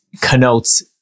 connotes